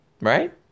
right